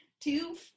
two